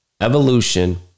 Evolution